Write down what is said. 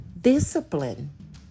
Discipline